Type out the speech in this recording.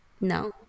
No